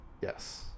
yes